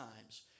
times